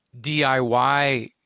DIY